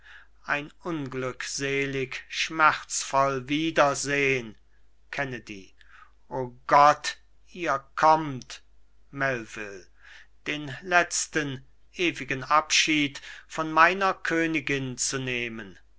ein unglückselig schmerzvoll wiedersehn kennedy o gott ihr kommt melvil den letzten ewigen abschied von meiner königin zu nehmen